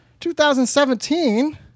2017